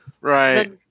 Right